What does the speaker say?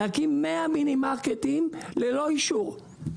להקים 100 מינימרקטים ללא אישור,